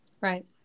Right